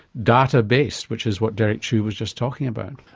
data based, which is what derek chew was just talking about.